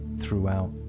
throughout